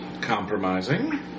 compromising